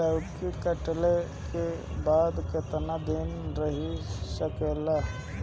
लौकी कटले के बाद केतना दिन रही सकेला?